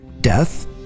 death